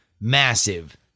massive